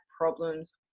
problems